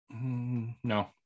No